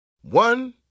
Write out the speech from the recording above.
One